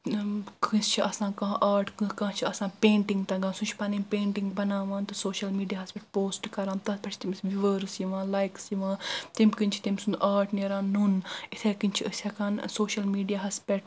کٲنٛسہِ چھ آسان کانٛہہ آرٹ کانٛہہ چھ آسان پینٹنگ تگان سُہ چھ پنٕنۍ پینٹنگ بناوان تہٕ سوشل میڑیا ہس پٮ۪ٹھ پوشٹ کران تہِ تتھ پٮ۪ٹھ چھ تٔمس وِوٲرس یوان لایکس یوان تمہِ کنۍ چھ تٔمۍ سُنٛد آرٹ نوٚن یتھے کنۍ چھ أسۍ ہیٚکان سوشل میڑیا ہس پٮ۪ٹھ